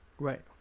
Right